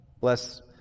Bless